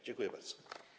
Dziękuję bardzo.